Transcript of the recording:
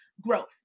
growth